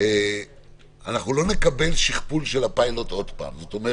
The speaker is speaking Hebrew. אם נקבל אישור מהיושב-ראש, ואם לא,